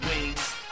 wings